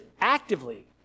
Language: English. actively